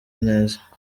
neza